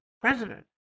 president